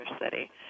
city